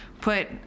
put